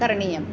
करणीयम्